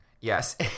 Yes